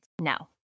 No